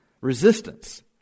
resistance